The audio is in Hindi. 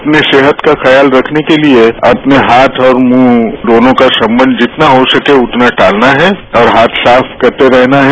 अपने सेहत का ख्याल रखने के लिए अपने हाथ और मुंह दोनों का संबंध जितना हो सके उतना टालना है और हाथ साफ करते रहना है